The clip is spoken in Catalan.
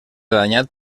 danyat